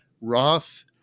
Roth